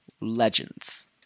legends